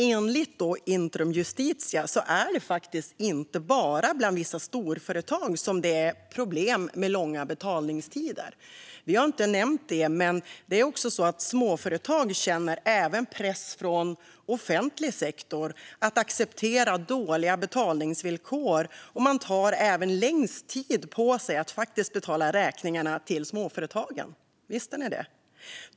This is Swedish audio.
Enligt Intrum Justitia är det faktiskt inte bara bland vissa storföretag som det är problem med långa betalningstider. Vi har inte nämnt det, men det är också så att småföretag känner press från offentlig sektor att acceptera dåliga betalningsvillkor. Där tar man även längst tid på sig att faktiskt betala räkningarna till småföretagen. Visste ni det?